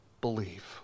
believe